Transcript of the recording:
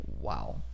Wow